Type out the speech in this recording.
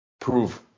prove